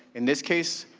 in this case,